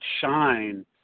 shine